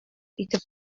итеп